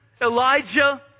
Elijah